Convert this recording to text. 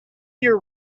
year